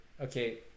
okay